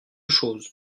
chose